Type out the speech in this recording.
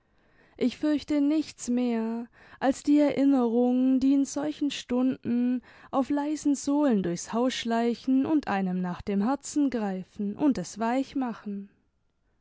ich fürchte nichts mehr als die erinnerungen die in solchen stunden auf leisen sohlen durchs haus schleichen und einem nach dem herzen greifen und es weich machen